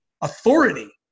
Authority